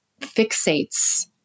fixates